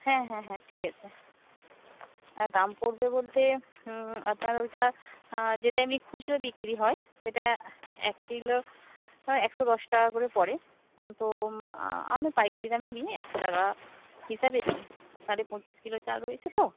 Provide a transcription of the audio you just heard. হ্যাঁ হ্যাঁ হ্যাঁ ঠিক আছে দাম পড়বে বলতে আপনার ওইটা যেটায় এমনি খুচরো বিক্রি হয় সেটা এক কিলো একশো দশ টাকা করে পড়ে তো আমি পাইকারি দামেই দিই একশো টাকা হিসাবে দিই মানে পঁচিশ কিলো চাল রয়েছে তো